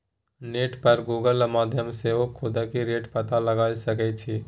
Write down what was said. net पर Google माध्यमसँ सेहो सुदिक रेट पता लगाए सकै छी